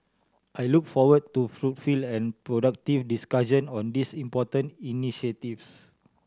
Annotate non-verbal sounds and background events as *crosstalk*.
I look forward to *unintelligible* and productive discussion on these important initiatives